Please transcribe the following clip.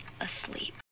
asleep